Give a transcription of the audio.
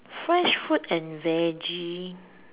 fresh fruit and veggie